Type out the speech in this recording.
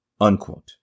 Unquote